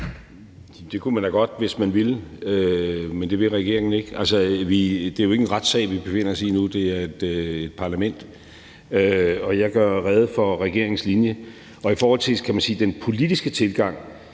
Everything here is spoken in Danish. Det kunne man da godt, hvis man ville, men det vil regeringen ikke. Altså, det er jo ikke en retssag, vi befinder os i nu; det er et parlament, og jeg gør rede for regeringens linje. I forhold til den politiske tilgang